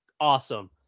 Awesome